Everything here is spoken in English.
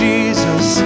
Jesus